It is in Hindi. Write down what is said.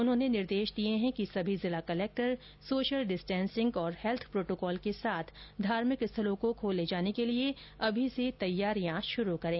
उन्होंने निर्देश दिए हैं कि सभी जिला कलेक्टर सोशल डिस्टेंसिंग और हैल्थ प्रोटोकॉल के साथ धार्मिक स्थलों को खोले जाने के लिए अभी से तैयारी शुरू करें